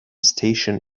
station